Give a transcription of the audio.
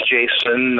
Jason